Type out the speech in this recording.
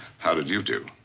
how did you do?